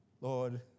Lord